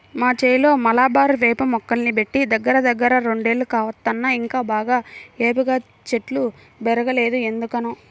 మా చేలో మలబారు వేప మొక్కల్ని బెట్టి దగ్గరదగ్గర రెండేళ్లు కావత్తన్నా ఇంకా బాగా ఏపుగా చెట్లు బెరగలేదు ఎందుకనో